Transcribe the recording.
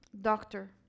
doctor